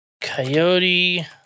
Coyote